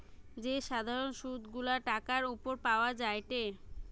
যে সাধারণ সুধ গুলা টাকার উপর পাওয়া যায়টে